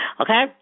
Okay